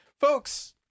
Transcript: Folks